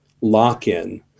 lock-in